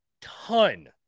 ton